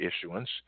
issuance